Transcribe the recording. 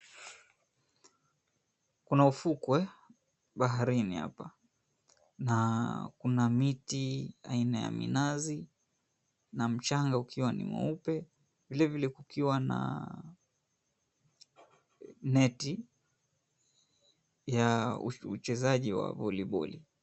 Kuna ufukwe baharini hapa na kuna miti aina ya minazi na mchanga ukiwa ni mweupe vile vile kukiwa na neti ya uchezaji wa voliboli.